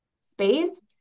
space